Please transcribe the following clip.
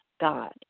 God